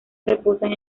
reposan